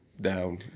down